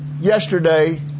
Yesterday